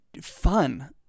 fun